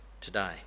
today